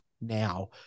now